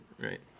right